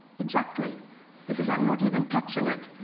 exactly because i'm not even touching it.